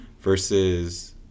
versus